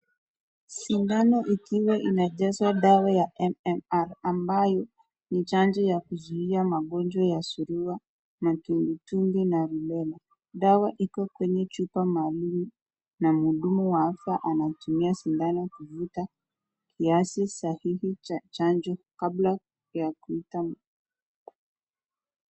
Sindano ikiwa inajazwa dawa ya MMR ambayo ni chanjo ya kuzuia magonjwa ya surua, vitumbiitumbi na mawele. Dawa iko kwenye chupa maalum na muhudumu wa afya anatumia sindano kuivuta kiasi sahihi ya chanjo kabla kuita